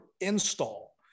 install